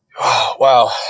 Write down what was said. Wow